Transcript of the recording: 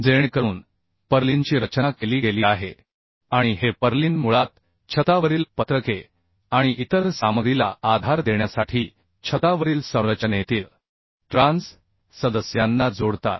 जेणेकरून पर्लिनची रचना केली गेली आहे आणि हे पर्लिन मुळात छतावरील पत्रके आणि इतर सामग्रीला आधार देण्यासाठी छतावरील संरचनेतील ट्रान्स सदस्यांना जोडतात